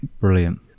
Brilliant